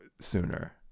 sooner